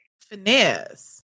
finesse